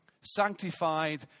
sanctified